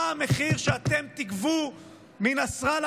מה המחיר שאתם תגבו מנסראללה,